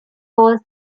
was